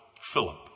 Philip